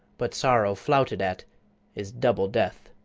but sorrow flouted at is double death.